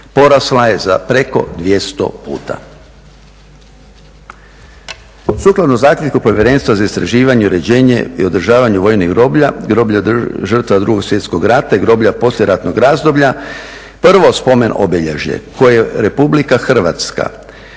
porasla je za preko 200 puta. Sukladno zaključku Povjerenstva za istraživanje, uređenje i održavanje vojnih groblja, groblja žrtava 2.svjetskog rata i groblja poslijeratnog razdoblja prvo spomen obilježje koje RH temeljem zakona